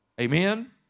Amen